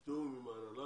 אלא תיאום עם ההנהלה,